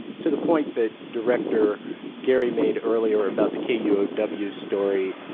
to the point that director geary made earlier about the kuow story,